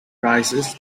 prices